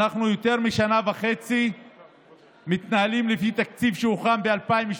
אנחנו יותר משנה וחצי מתנהלים לפי תקציב שהוכן ב-2017.